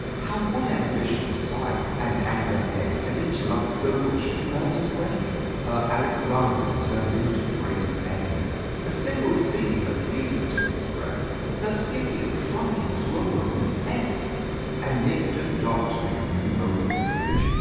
how would ambition sigh, and hang the head, as each loved syllable should melt away her alexander turn'd into great a a single c. her caesar to express her scipio shrunk into a roman s and, nick'd and dock'd to these new modes of speech,